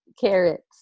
carrots